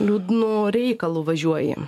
liūdnu reikalu važiuoji